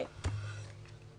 כי עברנו ניסיון וטעייה של ארבע שנים.